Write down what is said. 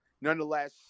nonetheless